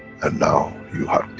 and now, you have